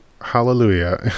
hallelujah